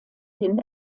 den